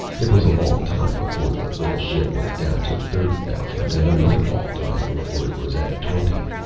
it was a long time before the little ship was down to thirty thousand and another long time before it was at twenty.